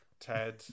Ted